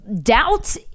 Doubt